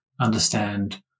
understand